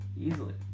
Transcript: easily